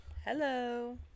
hello